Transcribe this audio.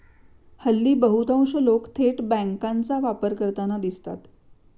हल्ली बहुतांश लोक थेट बँकांचा वापर करताना दिसतात